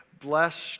Blessed